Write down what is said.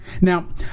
Now